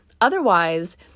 otherwise